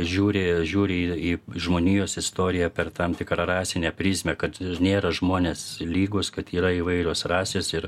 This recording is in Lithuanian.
žiūri žiūri į į žmonijos istoriją per tam tikrą rasinę prizmę kad nėra žmonės lygūs kad yra įvairios rasės ir